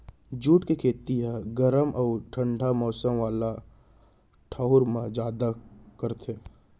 jute के खेती ह गरम अउ ठंडा मौसम वाला ठऊर म जादा करथे